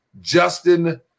Justin